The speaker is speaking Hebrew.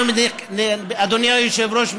אדוני היושב-ראש,